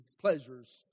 pleasures